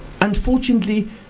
unfortunately